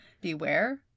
Beware